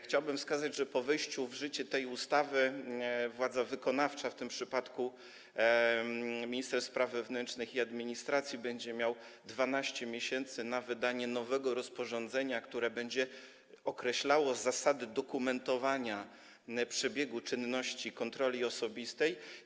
Chciałbym wskazać, że po wejściu w życie tej ustawy władza wykonawcza, w tym przypadku minister spraw wewnętrznych i administracji, będzie miała 12 miesięcy na wydanie nowego rozporządzenia, które będzie określało zasady dokumentowania przebiegu czynności kontroli osobistej.